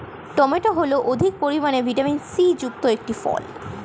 tomato হল অধিক পরিমাণে ভিটামিন সি যুক্ত একটি ফল